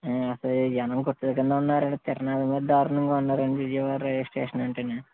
అసలీ జనం కుక్కేసేలా ఉన్నారండి తిరునాళ్ళ మీద దారుణంగా ఉన్నారండి విజయవాడ రైల్వే స్టేషన్ అంటేను